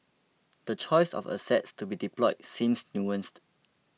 the choice of assets to be deployed seems nuanced